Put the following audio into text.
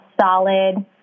solid